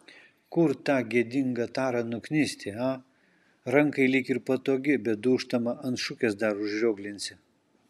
kur tą gėdingą tarą nuknisti a rankai lyg ir patogi bet dūžtama ant šukės dar užrioglinsi